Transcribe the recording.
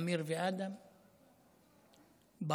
אמיר ואדם,